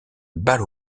balle